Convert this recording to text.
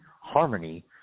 harmony